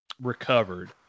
recovered